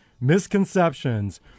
misconceptions